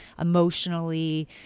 emotionally